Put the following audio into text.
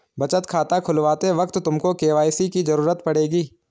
बचत खाता खुलवाते वक्त तुमको के.वाई.सी की ज़रूरत पड़ेगी